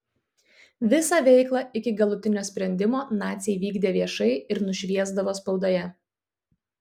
visą veiklą iki galutinio sprendimo naciai vykdė viešai ir nušviesdavo spaudoje